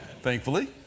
thankfully